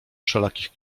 wszelakich